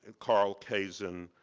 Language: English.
and carl kazen,